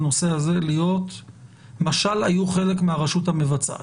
בנושא הזה משל היו חלק מהרשות המבצעת.